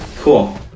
cool